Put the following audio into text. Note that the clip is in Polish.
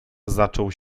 zaczął